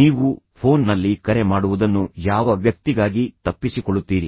ನೀವು ಯಾರಿಂದಲಾದರೂ ತಪ್ಪಿಸಿಕೊಳ್ಳುತ್ತಿದ್ದರೆ ನೀವು ಫೋನ್ ನಲ್ಲಿ ಕರೆ ಮಾಡುವುದನ್ನು ಯಾವ ವ್ಯಕ್ತಿಗಾಗಿ ತಪ್ಪಿಸಿಕೊಳ್ಳುತ್ತೀರಿ